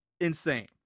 insane